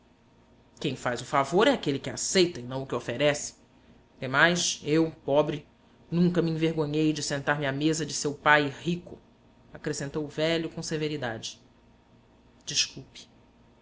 quem faz o favor é aquele que aceita e não o que oferece demais eu pobre nunca me envergonhei de sentar-me à mesa de seu pai rico acrescentou o velho com severidade desculpe